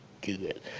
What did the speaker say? good